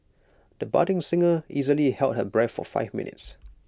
the budding singer easily held her breath for five minutes